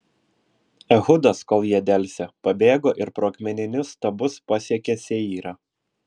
ehudas kol jie delsė pabėgo ir pro akmeninius stabus pasiekė seyrą